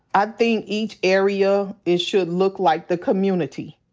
i think each area, it should look like the community.